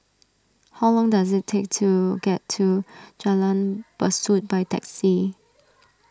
how long does it take to get to Jalan Besut by taxi